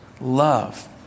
Love